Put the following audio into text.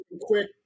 quick